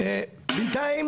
בינתיים